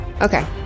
Okay